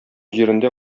җирендә